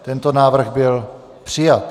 Tento návrh byl přijat.